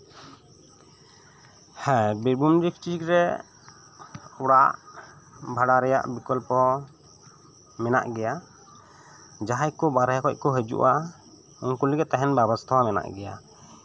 ᱦᱮᱸ ᱵᱤᱨᱵᱷᱩᱢ ᱰᱤᱥᱴᱤᱠ ᱨᱮ ᱚᱲᱟᱜ ᱵᱷᱟᱲᱟ ᱨᱮᱭᱟᱜ ᱵᱤᱠᱚᱞᱯᱚ ᱢᱮᱱᱟᱜ ᱜᱮᱭᱟ ᱡᱟᱦᱟᱸᱭ ᱠᱚ ᱵᱟᱦᱨᱮ ᱠᱷᱚᱱ ᱠᱚ ᱦᱤᱡᱩᱜᱼᱟ ᱩᱱᱠᱩ ᱞᱟᱹᱜᱤᱫ ᱛᱟᱦᱮᱱ ᱵᱮᱵᱚᱥᱛᱷᱟ ᱦᱚᱸ ᱢᱮᱱᱟᱜ ᱜᱮᱭᱟ